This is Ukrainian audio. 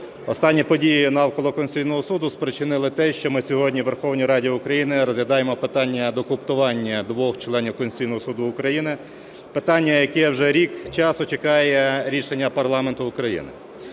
останні події навколо Конституційного Суду спричинили те, що ми сьогодні у Верховній Раді України розглядаємо питання доукомплектування двох членів Конституційного Суду України, питання, яке вже рік часу чекає рішення парламенту України.